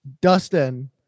Dustin